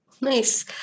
Nice